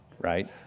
right